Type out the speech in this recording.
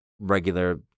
regular